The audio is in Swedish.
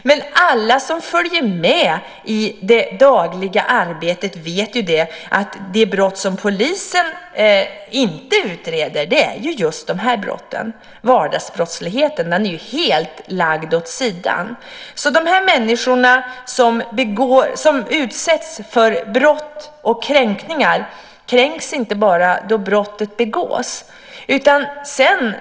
Men alla som följer det dagliga arbetet vet att de brott som polisen inte utreder är just vardagsbrotten. Vardagsbrottsligheten är helt lagd åt sidan. De människor som utsätts för brott och kränkningar kränks inte bara när brottet begås.